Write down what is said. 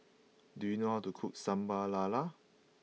do you know how to cook Sambal Lala